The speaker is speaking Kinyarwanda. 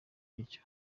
bityo